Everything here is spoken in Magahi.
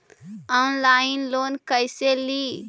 ऑनलाइन लोन कैसे ली?